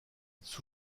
sous